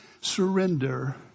surrender